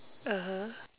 (uh huh)